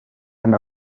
and